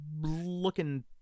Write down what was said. looking